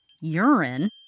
urine